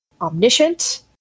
omniscient